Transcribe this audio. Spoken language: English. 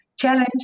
challenge